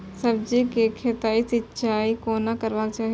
सब्जी के खेतक सिंचाई कोना करबाक चाहि?